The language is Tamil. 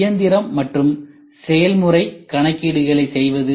இயந்திரம் மற்றும் செயல்முறை கணக்கீடுகளை செய்வது